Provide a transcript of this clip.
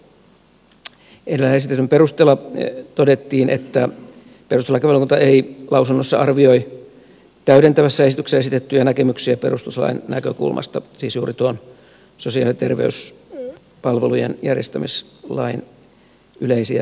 edellä esitetyn perusteella todettiin että perustuslakivaliokunta ei lausunnossaan arvioi täydentävässä esityksessä esitettyjä näkemyksiä perustuslain näkökulmasta siis juuri tuon sosiaali ja terveyspalvelujen järjestämislain yleisiä piirteitä